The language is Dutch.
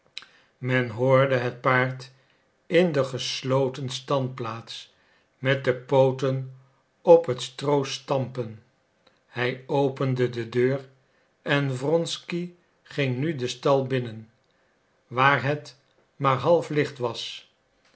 men hoorde het paard in de gesloten standplaats met de pooten op het stroo stampen hij opende de deur en wronsky ging nu den stal binnen waar het maar half licht was